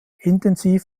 intensiv